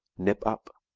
nip-up,